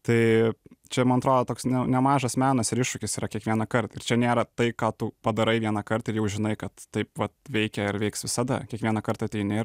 tai čia man atrodo toks nemažas menas ir iššūkis yra kiekvienąkart ir čia nėra tai ką tu padarai vienąkart jau žinai kad taip vat veikia ir veiks visada kiekvienąkart ateini ir